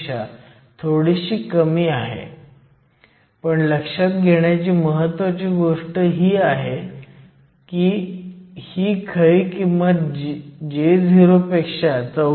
तर मी काहीही नाही पण J वेळा जे J आहे त्यामुळे A expeVkT V 0